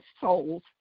souls